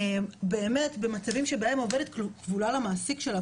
באמת במצבים שבהם העובדת כבולה למעסיק שלה,